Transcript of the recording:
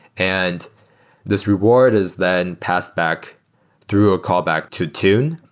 and this reward is then passed back through a callback to tune,